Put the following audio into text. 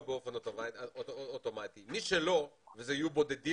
שלא יצטרך